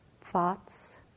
thoughts